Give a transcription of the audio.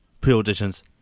pre-auditions